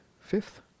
fifth